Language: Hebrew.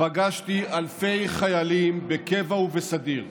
פגשתי אלפי חיילים בקבע ובסדיר,